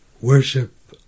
worship